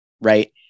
Right